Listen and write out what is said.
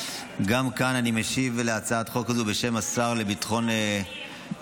גם כאן אני משיב להצעת החוק הזו בשם השר לביטחון לאומי.